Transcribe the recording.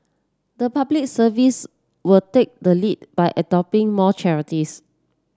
the Public Service will take the lead by adopting more charities